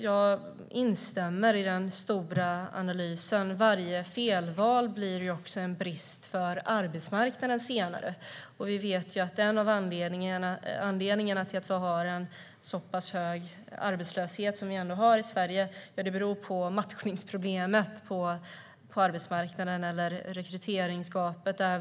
Jag instämmer i den stora analysen. Varje felval blir också en brist för arbetsmarknaden senare. Vi vet att en av anledningarna till att vi har en så pass hög arbetslöshet som vi har i Sverige är matchningsproblemet och rekryteringsgapet på arbetsmarknaden.